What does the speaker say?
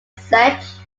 czech